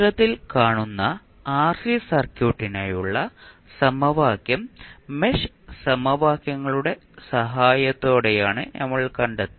ചിത്രത്തിൽ കാണുന്ന ആർസി സർക്യൂട്ടിനായുള്ള സമവാക്യം മെഷ് സമവാക്യങ്ങളുടെ സഹായത്തോടെയാണെന്ന് നമ്മൾ കണ്ടെത്തി